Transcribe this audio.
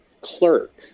Clerk